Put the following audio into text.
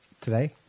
today